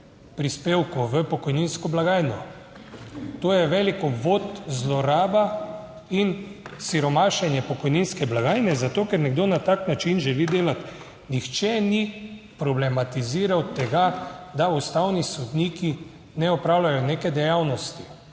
prispevkov v pokojninsko blagajno. To je velik uvod, zloraba in siromašenje pokojninske blagajne zato, ker nekdo na tak način želi delati. Nihče ni problematiziral tega, da ustavni sodniki ne opravljajo neke dejavnosti